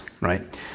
right